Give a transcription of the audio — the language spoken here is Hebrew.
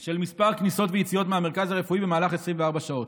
של מספר כניסות ויציאות מהמרכז הרפואי במהלך 24 שעות.